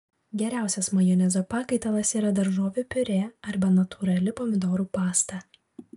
geriausias majonezo pakaitalas yra daržovių piurė arba natūrali pomidorų pasta